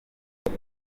muri